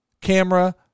camera